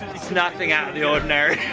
it's nothing out of the ordinary.